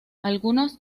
algunas